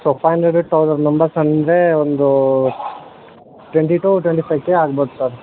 so five hundred thousand members ಅಂದರೆ ಒಂದು twenty two twenty five K ಆಗ್ಬೌದು sir